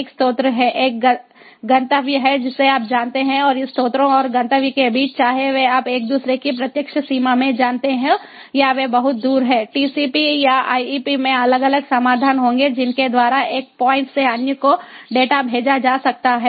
एक स्रोत है एक गंतव्य है जिसे आप जानते हैं और इन स्रोतों और गंतव्य के बीच चाहे वे आप एक दूसरे की प्रत्यक्ष सीमा में जानते हों या वे बहुत दूर हैं टीसीपी आईपी में अलग अलग समाधान होंगे जिनके द्वारा एक पॉइंट से अन्य को डेटा भेजा जा सकता है